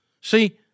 See